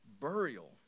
burial